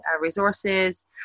resources